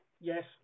Yes